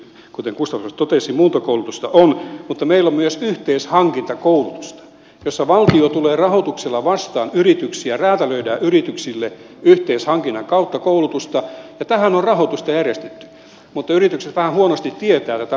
kuten gustafsson totesi muuntokoulutusta on mutta meillä on myös yhteishankintakoulutusta jossa valtio tulee rahoituksella vastaan yrityksiä räätälöidään yrityksille yhteishankinnan kautta koulutusta ja tähän on rahoitusta järjestetty mutta yritykset vähän huonosti tietävät tätä mahdollisuutta